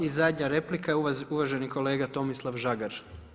I zadnja replika, uvaženi kolega Tomislav Žagar.